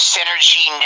Synergy